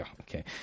okay